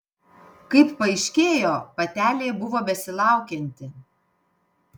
kaip paaiškėjo patelė buvo besilaukianti